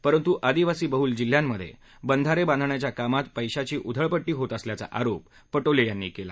परंतु आदिवासीबहुल जिल्ह्यांमध्ये बंधारे बांधण्याच्या कामात पैशाची उधळपट्टी होत असल्याचा आरोप पटोले यांनी केला